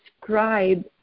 describe